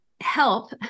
help